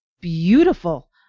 beautiful